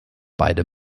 beide